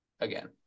again